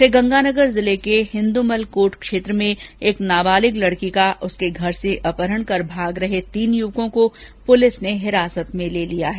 श्रीगंगानगर जिले के हिंदुमलकोट क्षेत्र में एक नाबालिग लड़की का उसके घर से अपहरण कर भाग रहे तीन युवकों को पुलिस ने हिरासत में लिया है